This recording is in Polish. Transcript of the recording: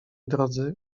drodzy